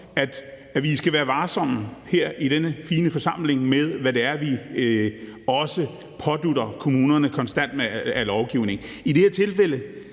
at vi skal være varsomme her i denne fine forsamling med, hvad det er, vi konstant pådutter kommunerne af lovgivning. I det her tilfælde